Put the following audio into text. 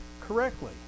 correctly